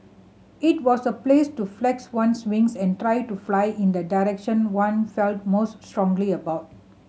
it was a place to flex one's wings and try to fly in the direction one felt most strongly about